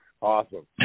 awesome